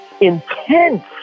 intense